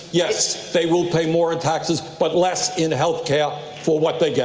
yes, they will pay more in taxes but less in health care for what they get